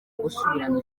gusubirana